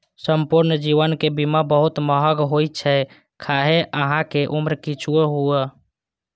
संपूर्ण जीवन के बीमा बहुत महग होइ छै, खाहे अहांक उम्र किछुओ हुअय